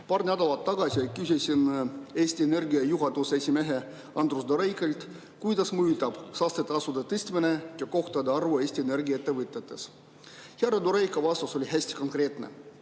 Paar nädalat tagasi küsisin Eesti Energia juhatuse esimehelt Andrus Durejkolt, kuidas mõjutab saastetasude tõstmine töökohtade arvu Eesti Energia ettevõtetes. Härra Durejko vastus oli hästi konkreetne: